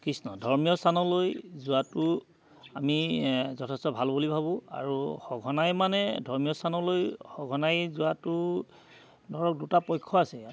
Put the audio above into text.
কৃষ্ণ ধৰ্মীয় স্থানলৈ যোৱাটো আমি যথেষ্ট ভাল বুলি ভাবোঁ আৰু সঘনাই মানে ধৰ্মীয় স্থানলৈ সঘনাই যোৱাটো ধৰক দুটা পক্ষ আছে